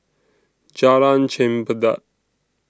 Jalan Chempedak